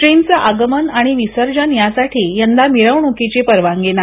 श्रींचे आगमन आणि विसर्जन यासाठी यंदा मिरवणूकीची परवानगी नाही